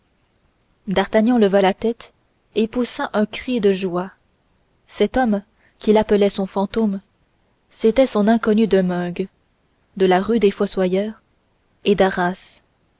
d'artagnan leva la tête et poussa un cri de joie cet homme qu'il appelait son fantôme c'était son inconnu de meung de la rue des fossoyeurs et d'arras